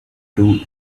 two